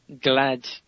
Glad